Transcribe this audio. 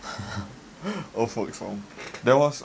old folks home there was